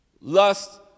Lust